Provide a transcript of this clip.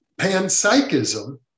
Panpsychism